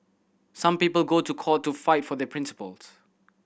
some people go to court to fight for their principles